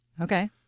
Okay